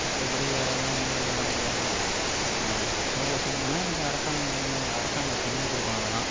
மற்றபடி வேறு எதுவும் வந்து இதெல்லாம் கிடையாது சேவை செய்யணுன்னா எனக்கு அரசாங்கம் இது அரசாங்கம் செஞ்சிக் கொடுக்கணும் அதெல்லாம்